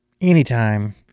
anytime